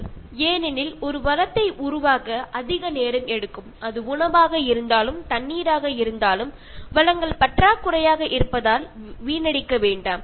Refer Slide Time 1923 ஏனெனில் ஒரு வளத்தை உருவாக்க அதிக நேரம் எடுக்கும் அது உணவாக இருந்தாலும் தண்ணீராக இருந்தாலும் வளங்கள் பற்றாக்குறையாக இருப்பதால் வீணடிக்க வேண்டாம்